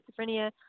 schizophrenia